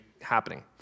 happening